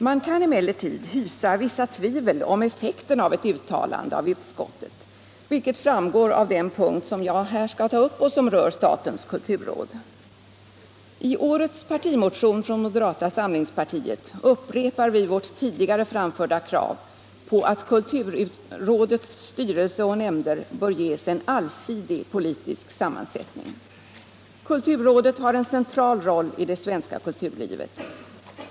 Man kan emellertid hysa vissa tvivel om effekten av ett uttalande av utskottet, vilket framgår av den punkt som jag här skall ta upp och som rör statens kulturråd. I årets partimotion från moderata samlingspartiet upprepar vi vårt tidigare framförda krav på att kulturrådets styrelse och nämnder bör ges en allsidig politisk sammansättning. Kulturrådet har en central roll inom det svenska kulturlivet.